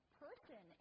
person